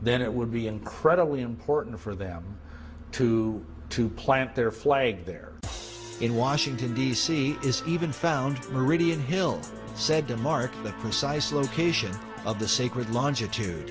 then it would be incredibly important for them to to plant their flag there in washington d c is even found meridian hills said to mark the precise location of the sacred longitude